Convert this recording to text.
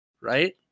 right